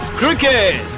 cricket